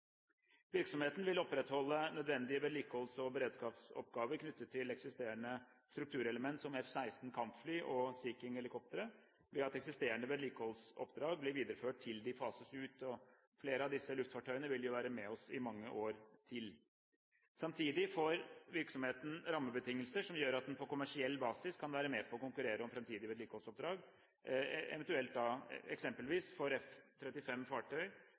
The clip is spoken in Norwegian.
Virksomheten vil opprettholde nødvendige vedlikeholds- og beredskapsoppgaver knyttet til eksisterende strukturelement som F-16 kampfly og Sea King helikoptre, ved at eksisterende vedlikeholdsoppdrag blir videreført til de fases ut. Flere av disse luftfartøyene vil jo være med oss i mange år til. Samtidig får virksomheten rammebetingelser som gjør at den på kommersiell basis kan være med på å konkurrere om fremtidige vedlikeholdsoppdrag, eventuelt eksempelvis for